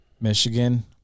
Michigan